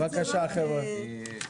בבקשה חבר'ה.